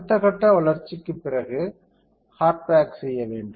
அடுத்த கட்டம் வளர்ச்சிக்கு பிறகு ஹார்ட் பேக் செய்ய வேண்டும்